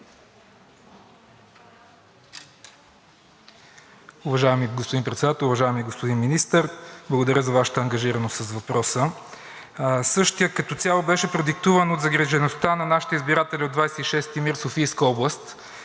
Уважаеми господин Председател, уважаеми господин Министър! Благодаря за Вашата ангажираност с въпроса. Същият като цяло беше продиктуван от загрижеността на нашите избиратели от 26-и МИР – Софийска област,